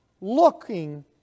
looking